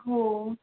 हो